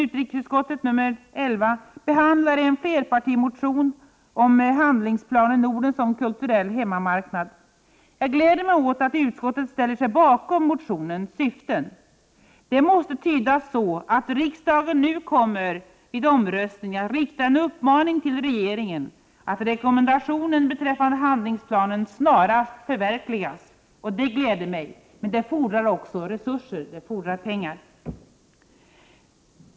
Utrikesutskottets betänkande nr 11 behandlar en flerpartimotion om handlingsplanen Norden som kulturell hemmamarknad. Jag gläder mig åt att utskottet ställer sig bakom motionens syften. Det måste tydas så, att riksdagen nu vid omröstningen kommer att rikta en uppmaning till regeringen att rekommendationen beträffande handlingsplanen snarast förverkligas. Det gläder mig. Men det fordrar också resurser, det fordrar pengar.